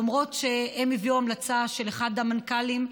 למרות שהם הביאו המלצה לאחד המנכ"לים,